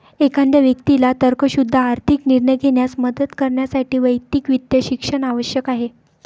एखाद्या व्यक्तीला तर्कशुद्ध आर्थिक निर्णय घेण्यास मदत करण्यासाठी वैयक्तिक वित्त शिक्षण आवश्यक आहे